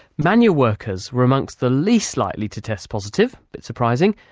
manual workers were amongst the least likely to test positive, surprising.